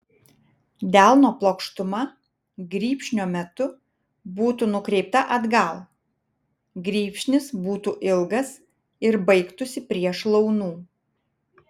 delno plokštuma grybšnio metu būtų nukreipta atgal grybšnis būtų ilgas ir baigtųsi prie šlaunų